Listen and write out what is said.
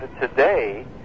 today